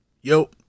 Yo